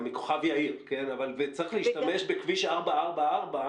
גם מכוכב יאיר וצריך להשתמש בכביש 444,